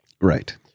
Right